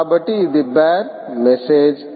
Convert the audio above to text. కాబట్టి ఇది bare message